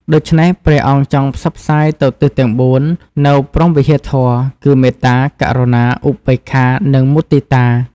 ដូច្នេះ ព្រះអង្គចង់ផ្សព្វផ្សាយទៅទិសទាំង៤ នូវព្រហ្មវិហារធម៌ គឺមេត្តា ករុណា ឧបេក្ខា និងមុទិតា។